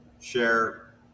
Share